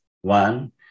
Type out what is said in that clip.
One